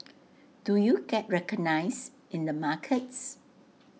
do you get recognised in the markets